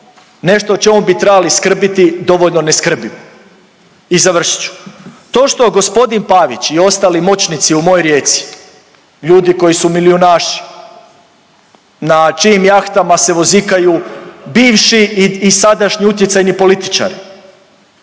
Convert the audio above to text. nešto o čemu bi trebali skrbiti dovoljno ne skrbimo. I završit ću, to što g. Pavić i ostali moćnici u mojoj Rijeci, ljudi koji su milijunaši, na čijim jahtama se vozikaju bivši i sadašnji utjecajni političari,